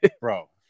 bro